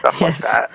Yes